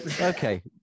okay